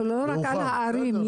ולא רק על הערים.